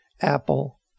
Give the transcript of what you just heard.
Apple